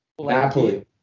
Napoli